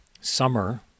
Summer